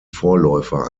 vorläufer